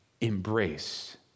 embrace